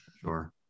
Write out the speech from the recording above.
sure